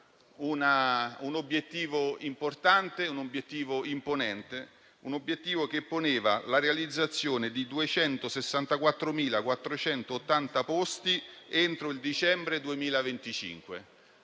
un obiettivo importante e imponente; un obiettivo che poneva la realizzazione di 264.480 posti entro il dicembre 2025.